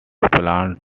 planned